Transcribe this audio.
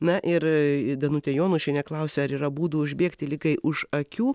na ir danutė jonušienė klausia ar yra būdų užbėgti ligai už akių